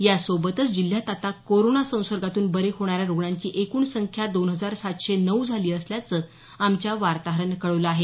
यासोबतच जिल्ह्यात आता कोरोना संसर्गातून बरे होणाऱ्या रुग्णांची एकूण संख्या दोन हजार सातशे नऊ झाली असल्याचं आमच्या वातोहरान कळवल आहे